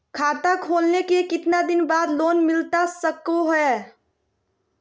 खाता खोले के कितना दिन बाद लोन मिलता सको है?